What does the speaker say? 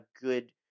good